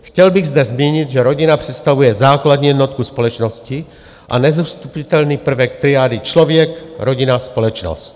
Chtěl bych zde zmínit, že rodina představuje základní jednotku společnosti a nezastupitelný prvek triády člověkrodinaspolečnost.